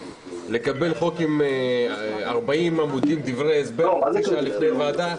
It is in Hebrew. לקבל חוק עם 40 עמודים דברי הסבר חצי שעה לפני תחילת הוועדה,